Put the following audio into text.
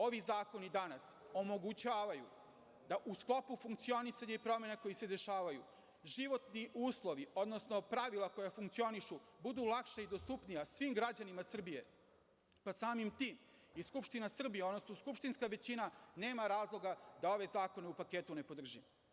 Ovi zakoni danas omogućavaju da u sklopu funkcionisanja i promena koje se dešavaju životni uslovi, odnosno pravila koja funkcionišu budu lakša i dostupnija svim građanima Srbije, pa samim tim i Skupština Srbije, odnosno skupštinska većina nema razloga da ove zakone u paketu ne podrži.